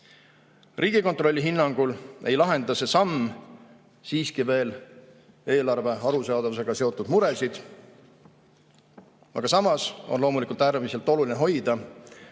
Riigikontrolli hinnangul ei lahenda see samm siiski veel eelarve arusaadavusega seotud muresid. Samas on loomulikult väga oluline hoida